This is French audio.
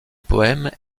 poèmes